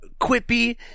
quippy